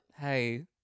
Hey